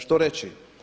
Što reći?